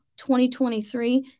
2023